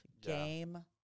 game